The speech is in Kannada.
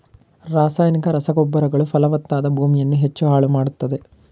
ರಾಸಾಯನಿಕ ರಸಗೊಬ್ಬರಗಳು ಫಲವತ್ತಾದ ಭೂಮಿಯನ್ನು ಹೆಚ್ಚು ಹಾಳು ಮಾಡತ್ತದೆ